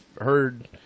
heard